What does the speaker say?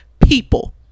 people